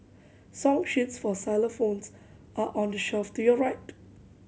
song sheets for xylophones are on the shelf to your right